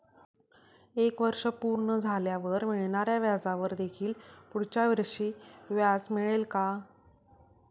एक वर्ष पूर्ण झाल्यावर मिळणाऱ्या व्याजावर देखील पुढच्या वर्षी व्याज मिळेल का?